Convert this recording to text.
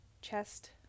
chest